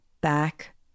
back